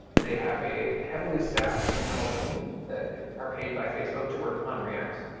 they have a heavily staffed internal team that are paid by facebook to work on react.